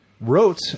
wrote